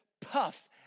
puff